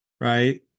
right